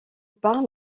par